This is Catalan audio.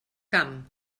camp